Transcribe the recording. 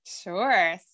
Sure